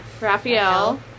Raphael